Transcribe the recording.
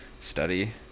study